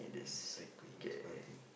cycling these kind of things